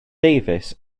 davies